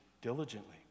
diligently